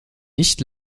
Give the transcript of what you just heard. nicht